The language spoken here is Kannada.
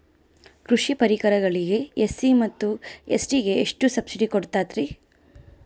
ಕೃಷಿ ಪರಿಕರಗಳಿಗೆ ಎಸ್.ಸಿ ಮತ್ತು ಎಸ್.ಟಿ ಗೆ ಎಷ್ಟು ಸಬ್ಸಿಡಿ ಕೊಡುತ್ತಾರ್ರಿ?